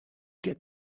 get